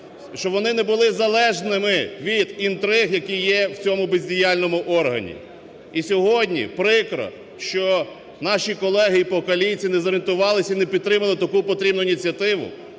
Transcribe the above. щоб вони не були залежними від інтриг, які є в цьому бездіяльному органі. І сьогодні прикро, що наші колеги по коаліції не зорієнтувались і не підтримали таку потрібну ініціативу,